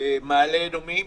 ומעלה אדומים,